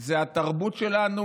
זה התרבות שלנו,